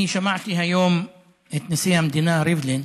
אני שמעתי היום את נשיא המדינה ריבלין